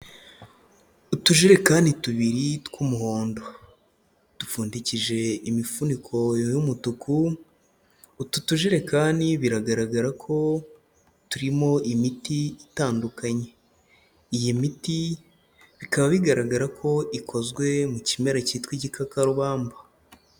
Utujerekani tubiri tw'umuhondo, dupfundikije imifuniko y'umutuku, utu tujerekani biragaragara ko turimo imiti itandukanye, iyi miti bikaba bigaragara ko ikozwe mu kimera cyitwa igikakarubamba.